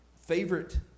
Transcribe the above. favorite